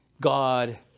God